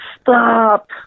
stop